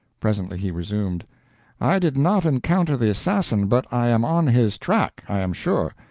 presently he resumed i did not encounter the assassin, but i am on his track, i am sure,